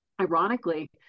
ironically